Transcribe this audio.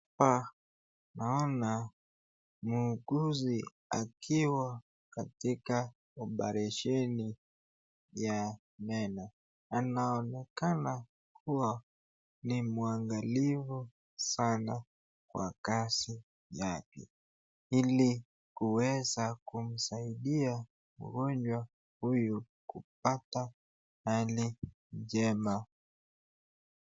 Hapa naona muuguzi akiwa katika oparesheni ya meno, anaonekana kuwa ni mwangalifu sana kwa kazi yake ili kuweza kusaidia mgonjwa huyu kupata hali njema.